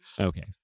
Okay